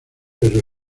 pero